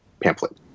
pamphlet